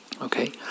Okay